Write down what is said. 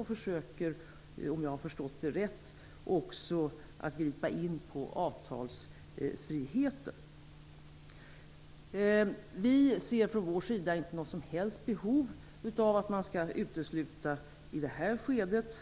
Man försöker - om jag har förstått det rätt - också gripa in på avtalsfriheten. Folkpartiet ser inte något som helst behov av att utesluta den lagstiftningen i det här skedet.